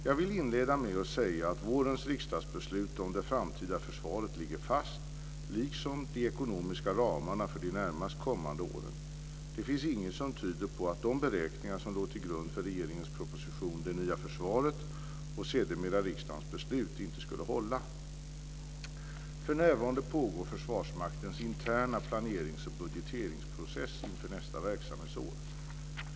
Jag vill inleda med att säga att vårens riksdagsbeslut om det framtida försvaret ligger fast, liksom de ekonomiska ramarna för de närmast kommande åren. Det finns inget som tyder på att de beräkningar som låg till grund för regeringens proposition Det nya försvaret och sedermera riksdagens beslut inte skulle hålla. För närvarande pågår Försvarsmaktens interna planerings och budgeteringsprocess inför nästa verksamhetsår.